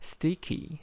Sticky